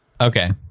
Okay